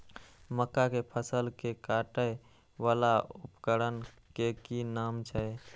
मक्का के फसल कै काटय वाला उपकरण के कि नाम छै?